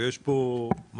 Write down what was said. ויש פה מצב